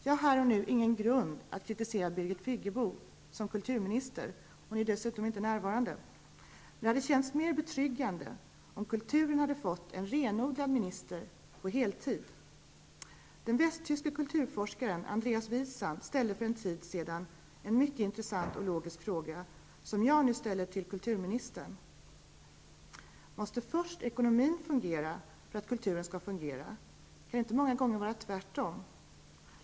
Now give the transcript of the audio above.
Jag har här och nu ingen grund att kritisera Birgit Friggebo som kulturminister, som dessutom inte är närvarande, men det hade känts mer betryggande om kulturen hade fått en renodlad minister på heltid. Den västtyske kulturforskaren Andreas Wiesand ställde för en tid sedan en mycket intressant och logisk fråga, som jag nu ställer till kulturministern: Måste först ekonomin fungera för att kulturen skall fungera, kan det inte många gånger vara tvärtom?